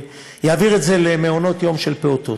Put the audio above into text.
ואני אעביר את זה למעונות-יום של פעוטות.